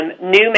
new